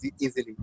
easily